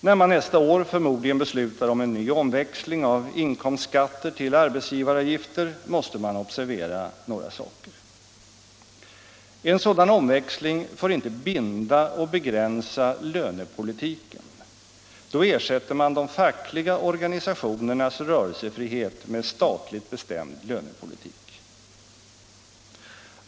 När man nästa år förmodligen beslutar om en ny omväxling av inkomstskatter till arbetsgivaravgifter måste man observera några saker: En sådan omväxling får inte binda och begränsa lönepolitiken, då ersätter man de fackliga organisationernas rörelsefrihet med statligt bestämd lönepolitik.